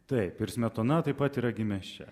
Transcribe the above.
taip ir smetona taip pat yra gimęs čia